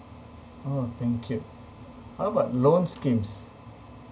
oh thank you how about loan schemes